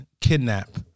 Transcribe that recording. kidnap